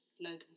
Logan